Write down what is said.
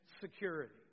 security